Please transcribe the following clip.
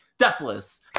deathless